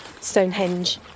Stonehenge